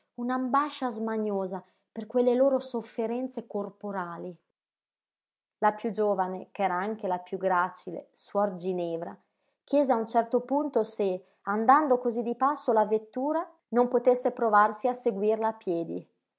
un'ambascia smaniosa per quelle loro sofferenze corporali la piú giovane ch'era anche la piú gracile suor ginevra chiese a un certo punto se andando cosí di passo la vettura non potesse provarsi a seguirla a piedi